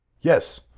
Yes